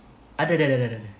ada da da da